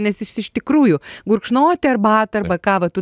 nes jis iš tikrųjų gurkšnoti arbatą arba kavą tu